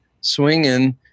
swinging